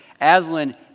Aslan